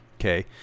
Okay